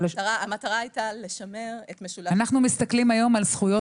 אנחנו מסתכלים היום על זכויות הפרט.